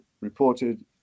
reported